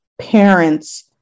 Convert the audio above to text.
parents